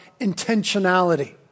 intentionality